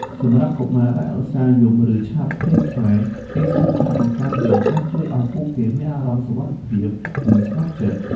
គេជឿថាអាចនាំមកនូវសេចក្តីសុខសាន្ត ភាពចម្រើនលូតលាស់ និងសំណាងល្អដល់កុមារ។